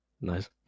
Nice